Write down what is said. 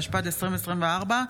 התשפ"ד 2024,